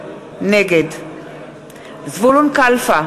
נגד זבולון קלפה,